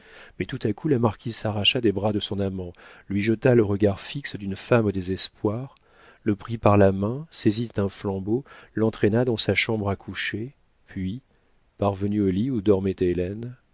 mais tout à coup la marquise s'arracha des bras de son amant lui jeta le regard fixe d'une femme au désespoir le prit par la main saisit un flambeau l'entraîna dans sa chambre à coucher puis parvenue au lit où dormait